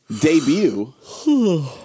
debut